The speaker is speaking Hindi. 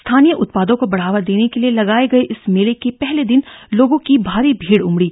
स्थानीय उत्पादों को बढ़ावा देने के लिए लगाये गए इस मेले के पहले दिन लोगों की भारी भीड़ उमड़ी